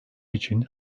için